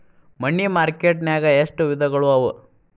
ಮನಿ market ನ್ಯಾಗ್ ಎಷ್ಟವಿಧಗಳು ಅವ?